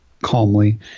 calmly